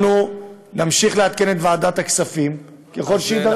אנחנו נמשיך לעדכן את ועדת הכספים ככל שיידרש.